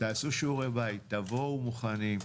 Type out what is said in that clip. תעשו שיעורי בית, תבואו מוכנים.